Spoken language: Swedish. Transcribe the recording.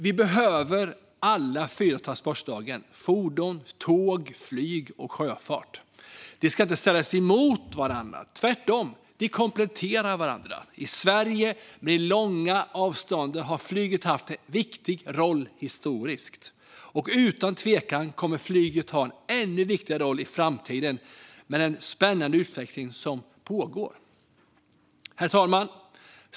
Vi behöver alla de fyra transportslagen fordon, tåg, flyg och sjöfart. De ska inte ställas mot varandra. Tvärtom kompletterar de varandra. I Sverige med långa avstånd har flyget haft en viktig roll historiskt, och utan tvekan kommer flyget att ha en ännu viktigare roll i framtiden med den spännande utveckling som pågår. Herr talman!